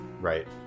Right